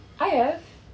I have